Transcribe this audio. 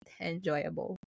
enjoyable